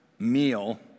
meal